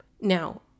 Now